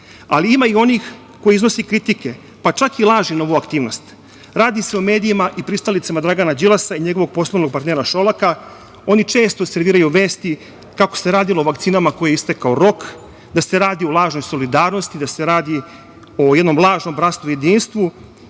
ima i onih koji iznose kritike, pa čak i laži na ovu aktivnost. Radi se o medijima i pristalicama Dragana Đilasa i njegovog poslovnog partnera Šolaka. Oni često serviraju vesti kako se radilo o vakcinama kojima je istekao rok, da se radi o lažnoj solidarnosti, da se radi o jednom lažnom bratstvu i jedinstvu.